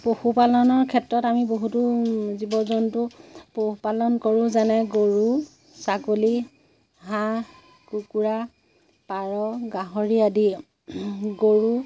পশুপালনৰ ক্ষেত্ৰত আমি বহুতো জীৱ জন্তু পোহপালন কৰোঁ যেনে গৰু ছাগলী হাঁহ কুকুৰা পাৰ গাহৰি আদি গৰু